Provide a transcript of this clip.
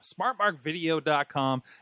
smartmarkvideo.com